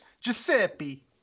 Giuseppe